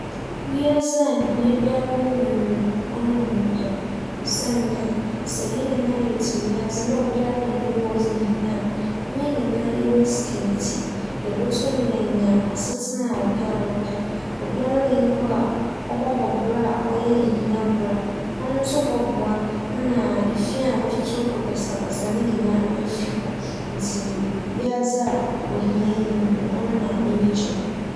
Wiadze a hia biara nnyi mu no, ͻno na mepɛ osiandɛ sɛ hɛn nyinara yɛtse wiadze na obiara nnyi hͻ a odzi hia a, hɛn nyinara yɛwͻ sika ntsi yebotum yeenya asetsena obiara pɛ. Obiara nnyi hͻ a ͻbͻbͻ bra a ͻyɛ hia bra. ͻno so bͻboa ma fi a wͻtoto gu basabasa no nyinra efi hͻ ntsi wiadze a ohia nnyi mu na m'enyi gye ho.